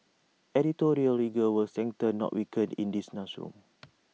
editorial rigour will strengthen not weaken in this room